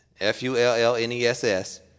F-U-L-L-N-E-S-S